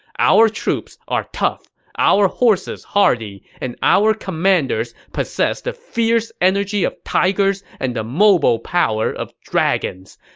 our troops are tough, our horses hardy, and our commanders possess the fierce energy of tigers and the mobile power of dragons.